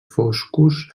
foscos